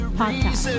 podcast